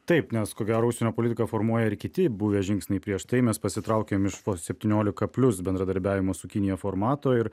taip nes ko gero užsienio politiką formuoja ir kiti buvę žingsniai prieš tai mes pasitraukėm iš septyniolika plius bendradarbiavimo su kinija formato ir